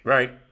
Right